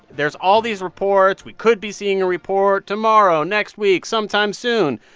there's all these reports. we could be seeing a report tomorrow, next week, sometime soon.